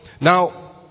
Now